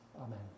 Amen